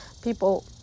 people